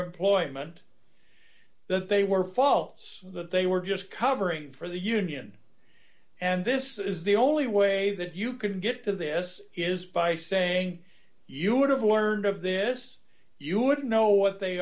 appointment that they were faults that they were just covering for the union and this is the only way that you could get to this is by saying you would have learned of this you wouldn't know what they